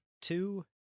Two